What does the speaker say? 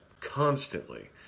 constantly